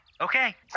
Okay